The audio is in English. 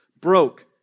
broke